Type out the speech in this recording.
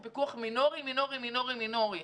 הוא פיקוח מינורי מינורי מינורי מינורי.